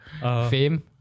fame